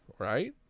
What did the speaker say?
right